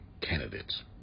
candidates